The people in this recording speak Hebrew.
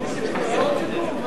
שמו.